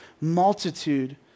multitude